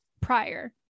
prior